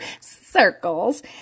circles